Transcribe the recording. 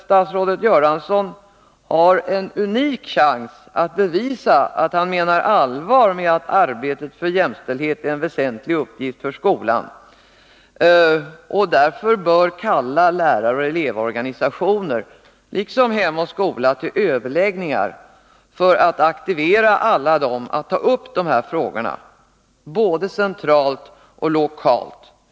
Statsrådet Göransson har nu en unik chans att bevisa att han menar allvar med att arbetet för jämställdheten är en väsentlig uppgift för skolan, och han bör därför kalla läraroch elevorganisationer liksom Hem och Skola till överläggningar för att aktivera dem att ta upp de här frågorna både centralt och lokalt.